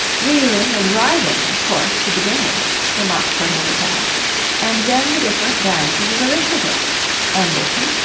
reeling and writhing, of course, to begin with the mock turtle replied and then the different branches of arithmetic ambition,